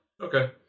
Okay